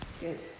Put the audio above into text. Good